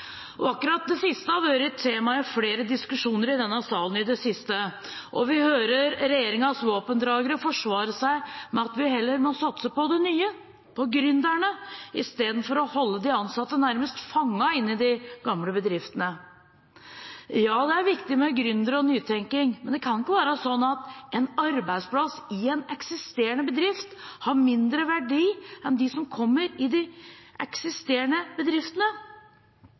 oppdrag. Akkurat det siste har vært et tema i flere diskusjoner i denne salen i det siste. Vi hører regjeringens våpendragere forsvare seg med at vi heller må satse på de nye, på gründerne, istedenfor å holde de ansatte nærmest fanget inne i de gamle bedriftene. Ja, det er viktig med gründere og nytenking, men det kan ikke være sånn at en arbeidsplass i en eksisterende bedrift har mindre verdi enn dem som kommer i de eksisterende bedriftene.